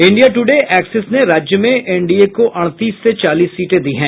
India Today Axis ने राज्य में एनडीए को अड़तीस से चालीस सीटें दी है